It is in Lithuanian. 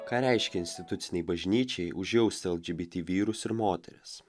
ką reiškia institucinei bažnyčiai užjausti lgbt vyrus ir moteris